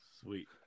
Sweet